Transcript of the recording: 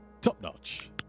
top-notch